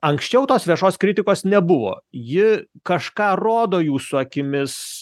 anksčiau tos viešos kritikos nebuvo ji kažką rodo jūsų akimis